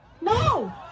No